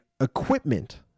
equipment